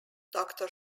doctor